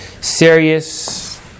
serious